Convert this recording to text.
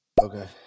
Okay